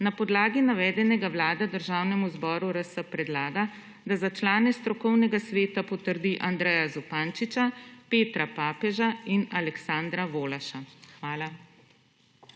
Na podlagi navedenega Vlada Državnemu zboru RS predlaga, da za člane strokovnega sveta potrdi Andreja Zupančiča, Petra Papeža in Aleksandra Volaša. Hvala.